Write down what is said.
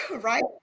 right